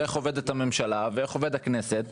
הממשלה והכנסת.